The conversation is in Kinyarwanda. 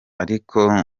ariko